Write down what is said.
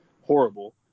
horrible